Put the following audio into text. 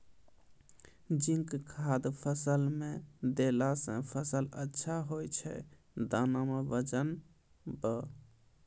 zinc खाद फ़सल मे देला से फ़सल अच्छा होय छै दाना मे वजन ब